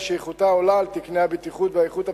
שאיכותה עולה על תקני הבטיחות והאיכות הבסיסיים,